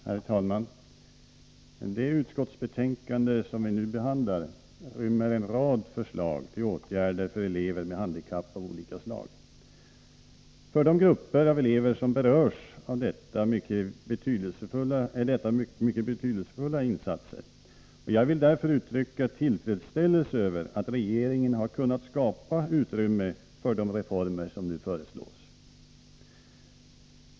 Herr talman! Det utskottsbetänkande som vi nu behandlar rymmer en rad förslag till åtgärder för elever med handikapp av olika slag. För den grupp elever som här berörs är detta mycket betydelsefulla insatser. Jag vill därför uttrycka tillfredsställelse över att regeringen har kunnat skapa utrymme för de reformer som nu föreslås.